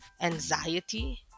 anxiety